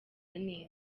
neza